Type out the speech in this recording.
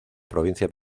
provincia